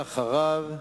ואחריו,